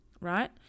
right